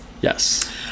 Yes